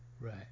Right